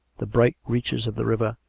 the bright reaches of the river,